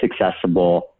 accessible